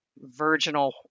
virginal